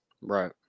Right